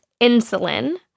insulin